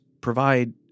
provide